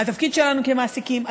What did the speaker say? התפקיד שלנו כמעסיקים,